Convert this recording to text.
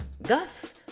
Thus